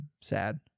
sad